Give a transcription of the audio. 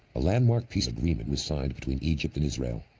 a landmark peace agreement was signed between egypt and israel,